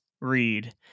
read